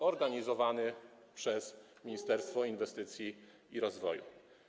organizowane przez Ministerstwo Inwestycji i Rozwoju.